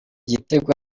gitego